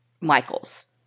Michael's